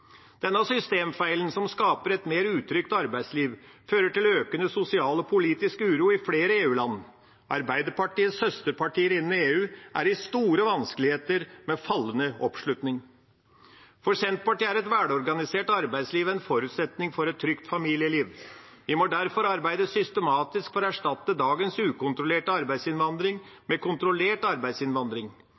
Denne systemfeilen, som skaper et mer utrygt arbeidsliv, fører til økende sosial og politisk uro i flere EU-land. Arbeiderpartiets søsterpartier innen EU er i store vanskeligheter, med fallende oppslutning. For Senterpartiet er et velorganisert arbeidsliv en forutsetning for et trygt familieliv. Vi må derfor arbeide systematisk for å erstatte dagens ukontrollerte arbeidsinnvandring med kontrollert arbeidsinnvandring.